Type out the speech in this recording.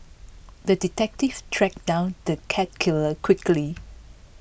the detective tracked down the cat killer quickly